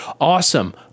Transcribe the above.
awesome